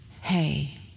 Hey